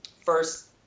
first